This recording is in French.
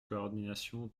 coordination